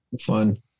Fun